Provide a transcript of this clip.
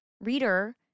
reader